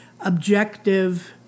objective